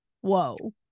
whoa